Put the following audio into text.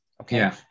Okay